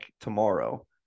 tomorrow